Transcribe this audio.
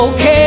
Okay